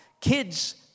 Kids